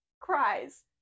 cries